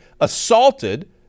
assaulted